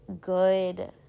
good